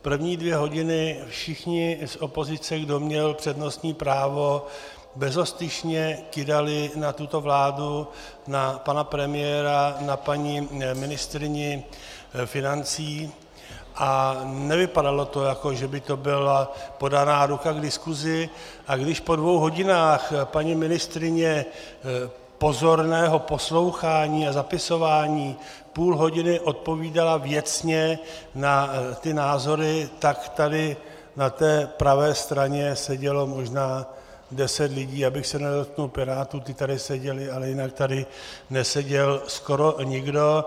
První dvě hodiny všichni z opozice, kdo měl přednostní právo, bezostyšně kydali na tuto vládu, na pana premiéra, na paní ministryni financí a nevypadalo to, jako že by to byla podaná ruka k diskuzi, a když po dvou hodinách paní ministryně pozorného poslouchání a zapisování půl hodiny odpovídala věcně na ty názory, tak tady na pravé straně sedělo možná deset lidí, abych se nedotkl pirátů, ti tady seděli, ale jinak tady neseděl skoro nikdo.